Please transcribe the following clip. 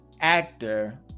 actor